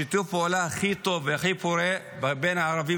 שיתוף הפעולה הכי טוב והכי פורה בין הערבים